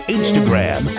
Instagram